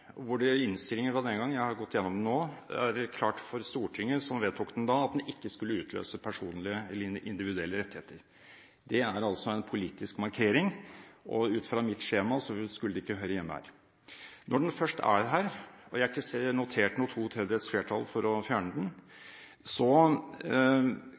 hvor det i innstillingen fra den gangen – jeg har gått igjennom den nå – er gjort klart for Stortinget, som vedtok den da, at den ikke skulle utløse personlige eller individuelle rettigheter. Det er altså en politisk markering, og ut fra mitt skjema skulle det ikke høre hjemme her. Når den først er her – og jeg har ikke notert noe to tredjedels flertall for å fjerne den